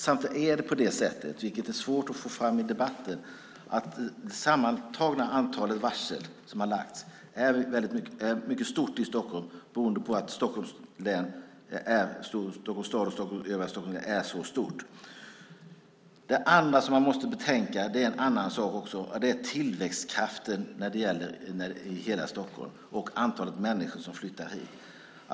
Samtidigt är det på det sättet, vilket är svårt att få fram i debatten, att det sammantagna antalet varsel som har lagts i Stockholm är mycket stort beroende på att Stockholms stad och Stockholms län är så befolkningsrika. Man måste också betänka en annan sak, nämligen tillväxtkraften i hela Stockholm och antalet människor som flyttar hit.